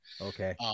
Okay